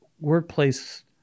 Workplace